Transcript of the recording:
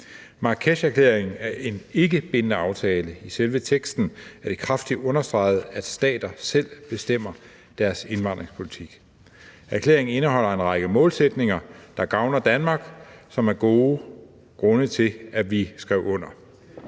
Marrakesherklæringen er en ikkebindende aftale. I selve teksten er det understreget, at stater selv bestemmer deres indvandringspolitik. Erklæringen indeholder en række målsætninger, der gavner Danmark, og som er gode grunde til, at vi skrev under.